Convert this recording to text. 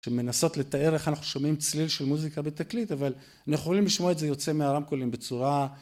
שמנסות לתאר איך אנחנו שומעים צליל של מוזיקה בתקליט, אבל אנחנו יכולים לשמוע את זה יוצא מהרמקולים בצורה